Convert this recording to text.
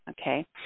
okay